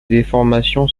déformations